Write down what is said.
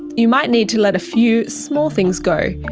you might need to let a few small things go.